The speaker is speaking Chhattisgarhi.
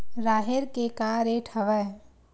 राहेर के का रेट हवय?